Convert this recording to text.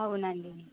అవునండి